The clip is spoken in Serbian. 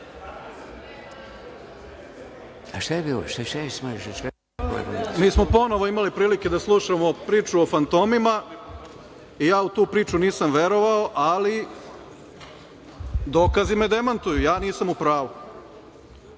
**Milenko Jovanov** Mi smo ponovo imali prilike da slušamo priče o fantomima i ja u tu priču nisam verovao, ali dokazi me demantuju, ja nisam u pravu.